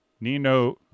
Nino